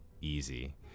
easy